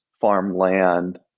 farmland